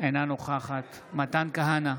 אינה נוכחת מתן כהנא,